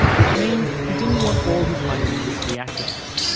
which means he didn't want all his money in risky assets,